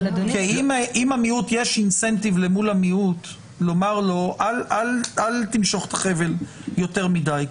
אם יש אינסנטיב למול המיעוט לומר לו אל תמשוך את החבל יותר מדיי,